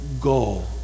goal